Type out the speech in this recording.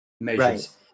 measures